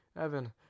Evan